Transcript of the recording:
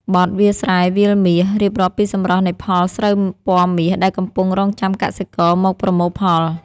បទ «វាលស្រែវាលមាស» រៀបរាប់ពីសម្រស់នៃផលស្រូវពណ៌មាសដែលកំពុងរង់ចាំកសិករមកប្រមូលផល។